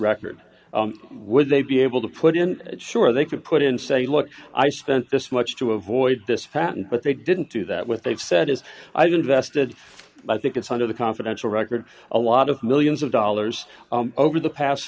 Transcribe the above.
record would they be able to put in sure they could put in say look i spent this much to avoid this happened but they didn't do that what they've said is i've invested i think it's under the confidential record a lot of millions of dollars over the past